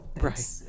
Right